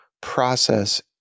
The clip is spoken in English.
process